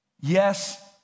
Yes